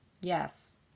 Yes